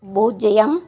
பூஜ்ஜியம்